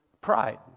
pride